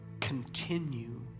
continue